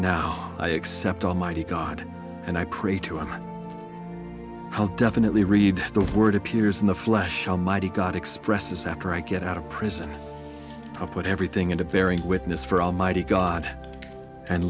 now i accept almighty god and i pray to him and how definitely read the word appears in the flesh almighty god expresses after i get out of prison put everything into bearing witness for almighty god and